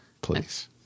please